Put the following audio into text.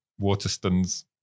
Waterstones